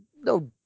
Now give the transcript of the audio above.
no